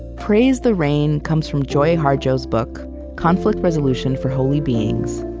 praise the rain comes from joy harjo's book conflict resolution for holy beings.